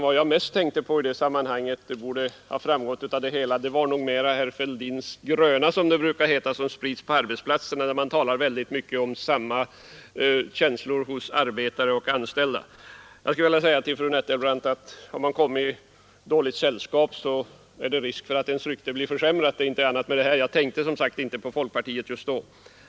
Vad jag mest tänkte på i det sammanhanget — och det borde ha framgått — var herr Fälldins gröna, som den brukar heta, som sprids på arbetsplatserna, och där man talar ställda. Jag skulle vilja mycket om samma känslor hos företagare och ar säga till fru Nettelbrandt att har man kommit i dåligt sällskap så är det risk för att ens rykte blir försämrat — det är inte annat med det här. Just då tänkte jag som sagt inte på folkpartiet.